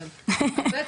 אבל באמת,